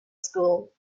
school